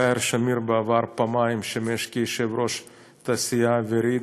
בעבר יאיר שמיר שימש פעמיים יושב-ראש התעשייה האווירית,